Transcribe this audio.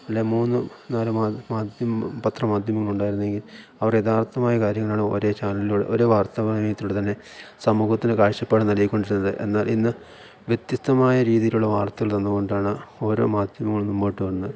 അല്ലേൽ മൂന്ന് നാല് മാധ്യമം പത്ര മാധ്യമങ്ങളുണ്ടായിരുന്നെങ്കിൽ അവർ യഥാർത്ഥമായ കാര്യങ്ങളാണ് ഒരേ ചാനലിലൂടെ ഒരേ വാർത്തവായനയത്തിലൂടെ തന്നെ സമൂഹത്തിന് കാഴ്ചപ്പാട് നൽകിക്കൊണ്ടിരുന്നത് എന്നാൽ ഇന്ന് വ്യത്യസ്തമായ രീതിയിലുള്ള വാർത്തകൾ തന്നു കൊണ്ടാണ് ഓരോ മാധ്യമങ്ങൾ മുന്നോട്ട് വന്ന്